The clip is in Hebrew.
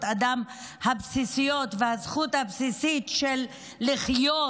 האדם הבסיסיות והזכות הבסיסית של לחיות,